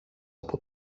από